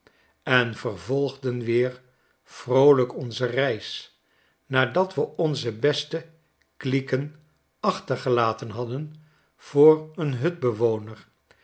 en vervolgden weer vroolijk onze reis nadat we onze beste klieken achtergelaten hadden voor een hutbe woner